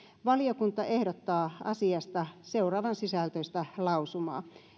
valiokunta ehdottaa asiasta seuraavan sisältöistä lausumaa